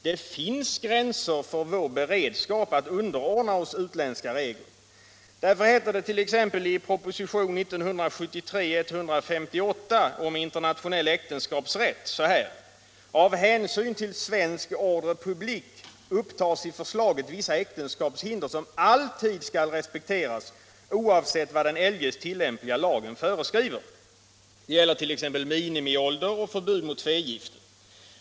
Det finns gränser för vår beredskap att underordna oss utländska regler. Därför heter det t.ex. i propositionen 1973:158: ” Av hänsyn till svensk ordre public upptas i förslaget vissa äktenskapshinder som alltid skall respekteras, oavsett vad den eljest tillämpliga lagen föreskriver.” Det gäller t.ex. minimiålder för äktenskap och förbud mot tvegifte.